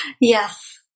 yes